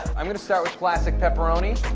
i'm going to start with classic pepperoni.